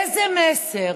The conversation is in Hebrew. איזה מסר